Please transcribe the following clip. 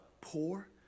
poor